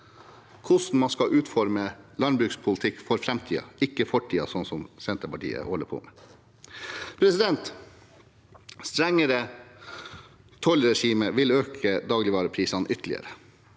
hvordan man skal utforme en landbrukspolitikk for framtiden, ikke for fortiden, slik som Senterpartiet holder på med. Et strengere tollregime vil øke dagligvareprisene ytterligere.